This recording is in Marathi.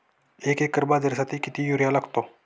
एक एकर बाजरीसाठी किती युरिया लागतो?